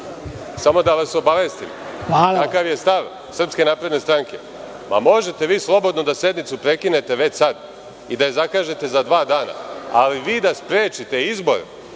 samo da vas obavestim kakav je stav SNS. Možete vi slobodno da sednicu prekinete već sada i da je zakažete za dva dana, ali vi da sprečite izbor